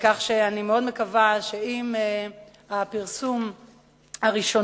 כך שאני מאוד מקווה שאם הפרסום הראשוני